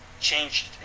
changed